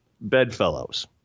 bedfellows